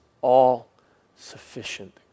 all-sufficient